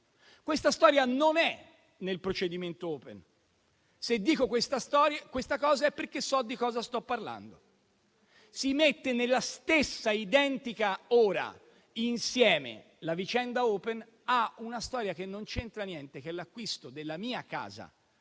Questa storia non è nel procedimento Open; se dico questa cosa è perché so di cosa sto parlando. Si mettono nella stessa identica ora insieme la vicenda Open e una storia che non c'entra niente, che è l'acquisto della mia casa,